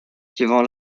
suivant